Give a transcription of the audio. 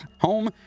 home